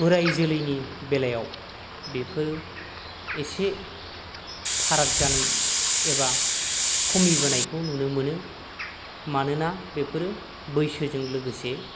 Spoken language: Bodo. बोराइ जोलैनि बेलायाव बेफोरो एसे फाराग जानो एबा कमिबोनायखौ नुनो मोनो मानोना बेफोरो बैसोजों लोगोसे